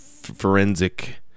forensic